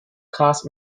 cast